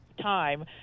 time